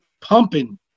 pumping